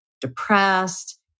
depressed